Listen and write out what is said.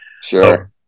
Sure